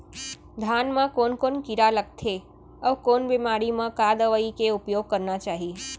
धान म कोन कोन कीड़ा लगथे अऊ कोन बेमारी म का दवई के उपयोग करना चाही?